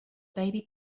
baby